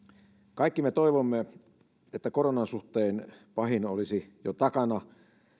kaikki me toivomme että koronan suhteen pahin olisi jo takana